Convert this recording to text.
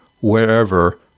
wherever